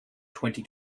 twenty